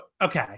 okay